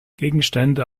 gegenstände